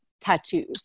tattoos